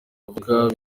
avuga